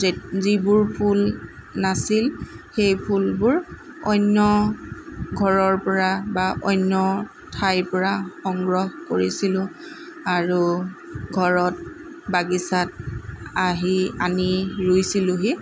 যেত যিবোৰ ফুল নাছিল সেই ফুলবোৰ অন্য ঘৰৰ পৰা বা অন্য ঠাইৰ পৰা সংগ্ৰহ কৰিছিলোঁ আৰু ঘৰত বাগিচাত আহি আনি ৰুইছিলোঁহি